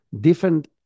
different